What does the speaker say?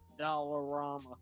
Dollarama